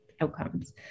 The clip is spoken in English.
outcomes